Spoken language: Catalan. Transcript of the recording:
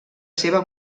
seva